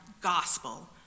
gospel